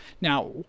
Now